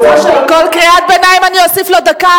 את רוצה שעל כל קריאת ביניים אני אוסיף לו דקה,